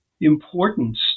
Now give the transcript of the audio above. importance